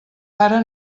ara